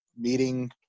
meeting